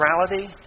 neutrality